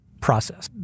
process